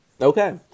Okay